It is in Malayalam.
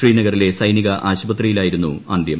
ശ്രീനഗറിലെ സൈനിക ആശുപത്രിയിലായിരുന്നു അന്ത്യം